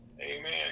Amen